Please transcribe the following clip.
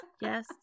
Yes